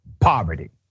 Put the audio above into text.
poverty